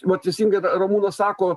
vat teisingai ramūnas sako